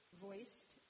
voiced